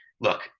look